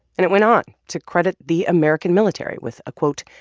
and it went on to credit the american military with a, quote,